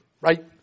right